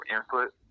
Input